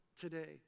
today